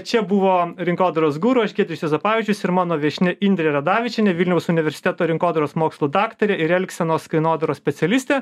čia buvo rinkodaros guru aš giedrius juozapavičius ir mano viešnia indrė radavičienė vilniaus universiteto rinkodaros mokslų daktarė ir elgsenos kainodaros specialistė